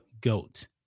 goat